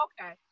okay